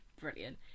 brilliant